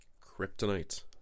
kryptonite